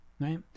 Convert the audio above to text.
Right